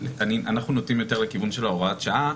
אנחנו נוטים יותר לכיוון של הוראת שעה,